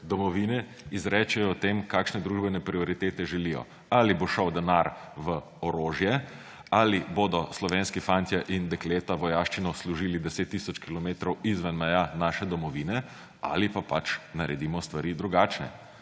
domovine izrečejo o tem, kakšne družbene prioritete želijo. Ali bo šel denar v orožje, ali bodo slovenski fantje in dekleta vojaščino služili 10 tisoč kilometrov izven meja naše domovine, ali pa pač naredimo stvari drugačne?